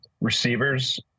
Receivers